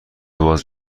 باز